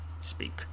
Speak